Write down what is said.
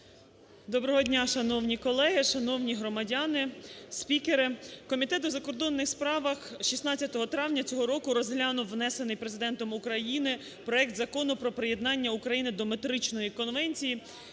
Доброго дня, шановні колеги, шановні громадяни, спікери! Комітет у закордонних справах 16 травня цього року розглянув внесений Президентом України проект Закону про приєднання України до Метричної конвенції